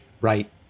Right